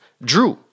Drew